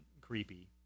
creepy